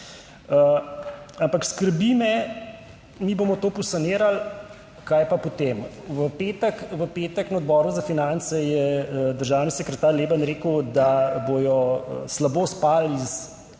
Ampak skrbi me, mi bomo to posanirali, kaj pa potem? V petek, na Odboru za finance je državni sekretar Leben rekel, da bodo slabo spali iz